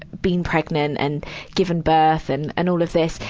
being pregnant and giving birth and and all of this.